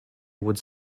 would